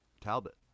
Talbot